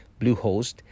Bluehost